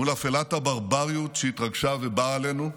מול אפלת הברבריות שהתרגשה ובאה עלינו,